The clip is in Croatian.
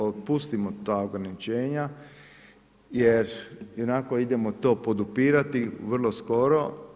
Otpustimo ta ograničenja, jer ionako idemo to podupirati vrlo skoro.